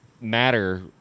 matter